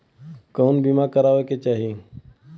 कउन बीमा करावें के चाही?